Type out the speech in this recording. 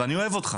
ואני אוהב אותך,